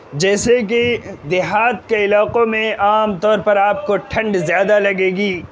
جیسے کہ دیہات کے علاقوں میں عام طور پر آپ کو ٹھنڈ زیادہ لگے گی